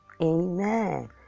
amen